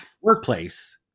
workplace